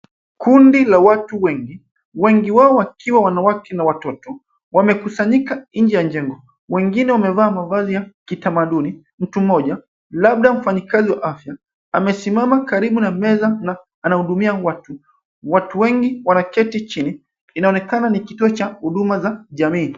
Kundi la watu wengi, wengi wao wakiwa wanawake na watoto, wamekusanyika nje ya jengo, wengine wamevaa mavazi ya kitamaduni. Mtu mmoja labda mfanyikazi wa afya amesimama karibu na meza na anahudumia watu. Watu wengi wanaketi chini. Inaonekana ni kituo cha huduma za jamii.